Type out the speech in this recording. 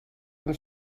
com